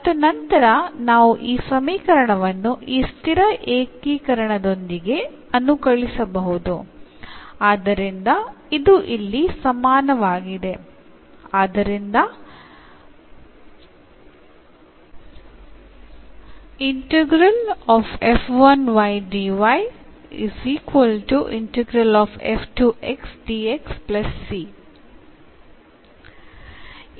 ആദ്യം നമുക്ക് ഈ സമവാക്യത്തെ എന്ന രൂപത്തിൽ എഴുതാം തുടർന്ന് ഈ സമവാക്യത്തെ കോൺസ്റ്റൻസ് ഓഫ് ഇൻറെഗ്രേഷൻ കൊടുത്തുകൊണ്ട് ലളിതമായി ഇൻറെഗ്രേറ്റ് ചെയ്യാം